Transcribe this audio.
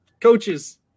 coaches